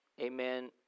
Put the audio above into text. amen